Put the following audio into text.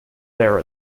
there